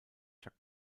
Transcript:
chuck